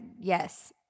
Yes